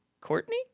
Courtney